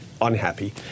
unhappy